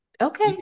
Okay